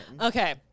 Okay